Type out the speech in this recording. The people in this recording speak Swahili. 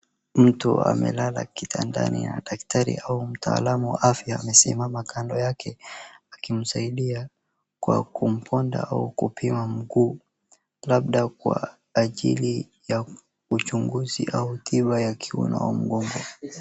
Mtu amelala kitandani na daktari au mtaalamu wa afya amesimama kando yake akimsaidia kwa kumponda au kumpima mguu labda kwa ajili ya uchunguzi au tiba ya kiuno wa mgongo.